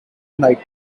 knight